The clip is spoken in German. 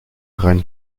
rein